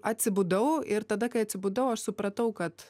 atsibudau ir tada kai atsibudau aš supratau kad